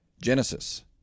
Genesis